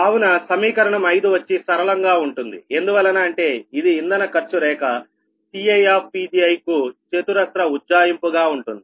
కావున సమీకరణం 5 వచ్చి సరళంగా ఉంటుంది ఎందువలన అంటే అది ఇంధన ఖర్చు రేఖ CiPgiకు చతురస్ర ఉజ్జాయింపుగా ఉంటుంది